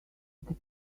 that